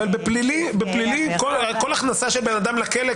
אבל בפלילי כל הכנסה של בן אדם לכלא,